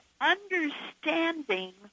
understanding